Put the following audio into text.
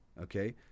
okay